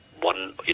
one